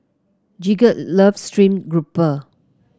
Gidget loves stream grouper